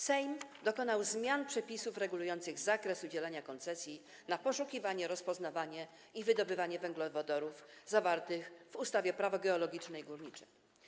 Sejm dokonał zmiany przepisów regulujących zakres udzielania koncesji na poszukiwanie, rozpoznawanie i wydobywanie węglowodorów zawartych w ustawie Prawo geologiczne i górnicze.